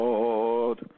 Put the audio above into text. Lord